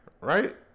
right